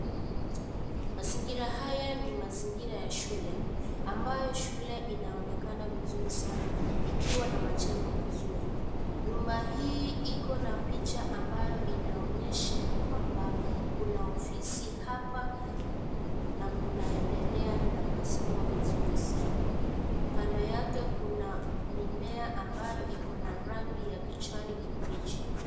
Mazingira haya, ni mazingira ya shule, ambayo shule inaonekana vizuri sana ikiwa na majengo mazuri, nyumba hii iko na picha inaonyesha ya kwamba, kuna ofisi hapa, na kunaendelea na masomo vizuri sana, kando yake kuna mimea ambayo iko na rangi ya kijani kibichi.